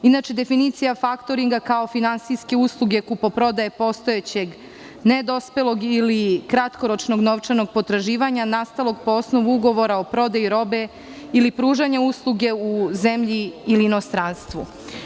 Inače, definicija faktoringa kao finansijske usluge kupoprodaje postojećeg nedospelog ili kratkoročnog novčanog potraživanja nastalo po osnovu ugovora o prodaji robe ili pružanja usluge u zemlji ili inostranstvu.